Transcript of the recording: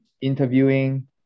interviewing